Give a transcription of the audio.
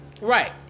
Right